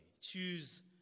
Choose